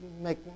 make